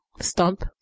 stomp